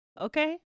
okay